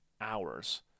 hours